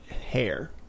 hair